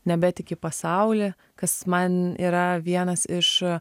nebetiki į pasaulį kas man yra vienas iš